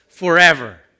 Forever